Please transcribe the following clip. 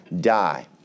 die